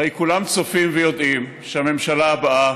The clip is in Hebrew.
הרי כולם צופים ויודעים שהממשלה הבאה,